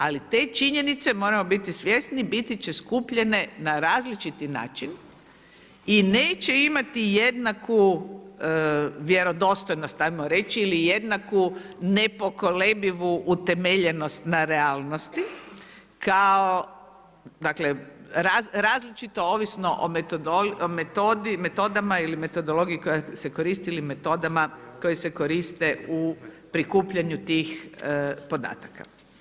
Ali te činjenice moramo biti svjesni, biti će skupljene na različiti način i neće imati jednaku vjerodostojnost ajmo reći ili jednaku nepokolebljivu utemeljenost na realnosti kao različito ovisno o metodama i metodologiji koja se koristi ili metodama koje se koriste u prikupljanju tih podataka.